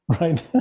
Right